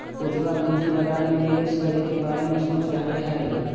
पूजवा पूंजी बाजार में निवेश करे के बारे में सोच रहले है